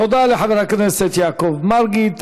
תודה לחבר הכנסת יעקב מרגי.